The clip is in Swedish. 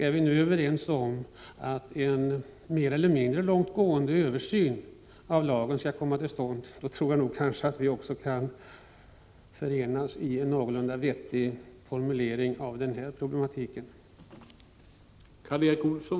Är vi nu överens om att en mer eller mindre långt gående översyn av lagen skall komma till stånd tror jag att vi också kan enas om en någorlunda vettig formulering i fråga om den här problematiken.